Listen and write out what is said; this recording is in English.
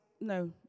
No